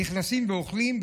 נכנסים ואוכלים,